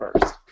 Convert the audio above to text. first